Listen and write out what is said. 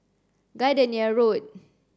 Gardenia Road